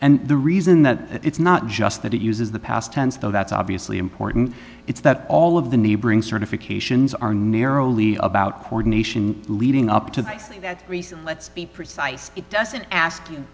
and the reason that it's not just that it uses the past tense though that's obviously important it's that all of the neighboring certifications are narrowly about coordination leading up to the i think that recent let's be precise it doesn't ask you